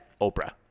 Oprah